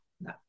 No